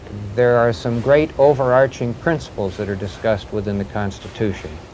there are some great overarching principles that are discussed within the constitution.